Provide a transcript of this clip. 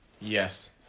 Yes